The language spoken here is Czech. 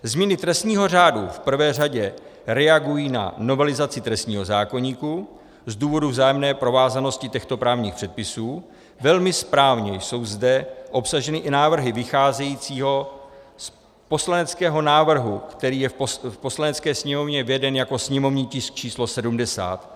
Změny trestního řádu v prvé řadě reagují na novelizaci trestního zákoníku z důvodu vzájemné provázanosti těchto právních předpisů, velmi správně jsou zde obsaženy i návrhy vycházející z poslaneckého návrhu, který je v Poslanecké sněmovně veden jako sněmovní tisk číslo 70.